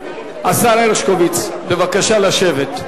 השר הרשקוביץ, בבקשה לשבת.